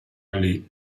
ali